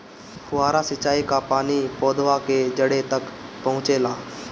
फुहारा सिंचाई का पानी पौधवा के जड़े तक पहुचे ला?